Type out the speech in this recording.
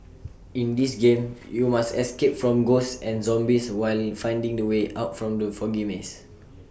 in this game you must escape from ghosts and zombies while finding the way out from the foggy maze